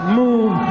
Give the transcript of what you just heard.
move